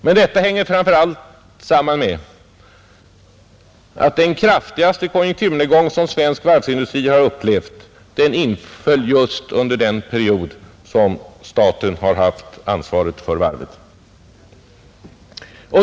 Men detta hänger framför allt samman med att den kraftigaste konjunkturnedgång som svensk varvsindustri upplevt har infallit just under den period då staten haft ansvaret för varvet.